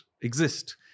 exist